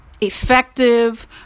Effective